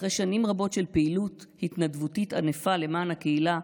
אחרי שנים רבות של פעילות התנדבותית ענפה למען הקהילה,